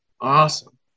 Awesome